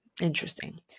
Interesting